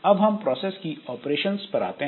अब हम प्रोसेस की ऑपरेशंस पर आते हैं